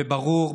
וברור,